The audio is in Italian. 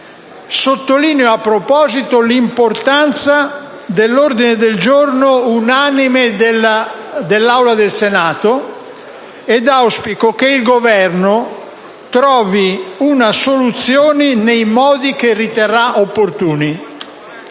Sottolineo a tal proposito l'importanza dell'ordine del giorno unanime dell'Aula del Senato ed auspico che il Governo trovi una soluzione nei modi che riterrà opportuni.